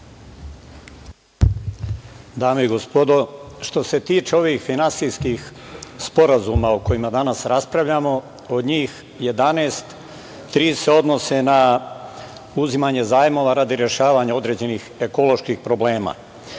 Dame i gospodo, što se tiče ovih finansijskih sporazuma o kojima danas raspravljamo, od njih 11 tri se odnose na uzimanje zajmova radi rešavanja određenih ekoloških problema.